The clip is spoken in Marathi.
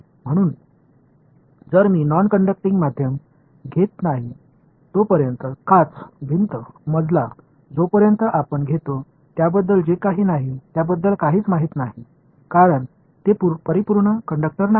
म्हणून जर मी नॉन कंडक्टिंग माध्यम घेत नाही तोपर्यंत काच भिंत मजला जोपर्यंत आपण घेतो त्याबद्दल जे काही नाही त्याबद्दल काहीच माहिती नाही कारण ते परिपूर्ण कंडक्टर नाहीत